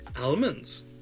Almonds